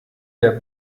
der